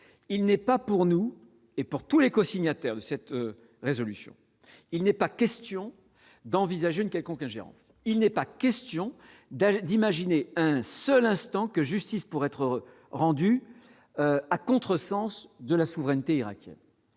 il n'est pas pour nous et pour tous les co-signataires de cette résolution, il n'est pas question d'envisager une quelconque ingérence il n'est pas question d'âge, d'imaginer un seul instant que justice pour être rendu à sens de la souveraineté irakienne,